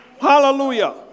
Hallelujah